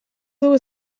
dugu